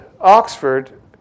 Oxford